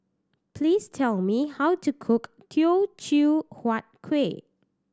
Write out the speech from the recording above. please tell me how to cook Teochew Huat Kueh